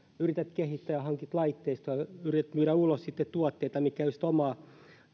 yrität kehittää ja hankit laitteistoa ja yrität myydä ulos tuotteita mitkä eivät ole sitä omaa